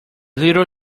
little